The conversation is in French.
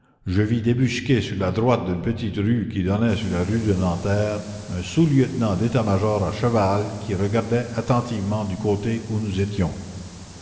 je vis débusquer sur la droite d'une petite rue qui donnait sur la rue de nanterre un souslieutenant d'état-major à cheval qui regardait attentivement du côté où nous étions